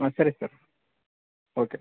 ಹಾಂ ಸರಿ sir okay